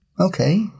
Okay